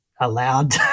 allowed